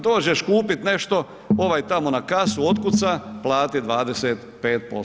Dođeš kupit nešto ovaj tamo na kasu otkuca plati 25%